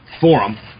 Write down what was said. Forum